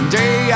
day